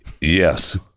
Yes